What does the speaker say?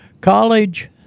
College